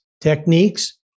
techniques